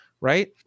right